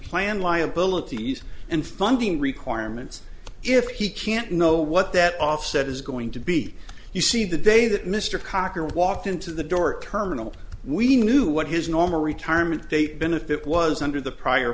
plan liabilities and funding requirements if he can't know what that offset is going to be you see the day that mr cocker walked into the door terminal we knew what his normal retirement date benefit was under the prior